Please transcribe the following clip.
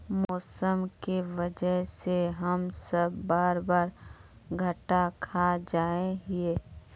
मौसम के वजह से हम सब बार बार घटा खा जाए हीये?